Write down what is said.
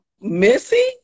Missy